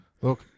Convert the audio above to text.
Look